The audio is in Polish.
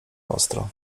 ostro